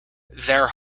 their